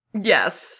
Yes